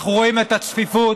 אנחנו רואים את הצפיפות,